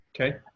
Okay